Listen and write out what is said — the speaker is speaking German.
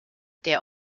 der